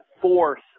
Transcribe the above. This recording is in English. force